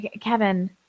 Kevin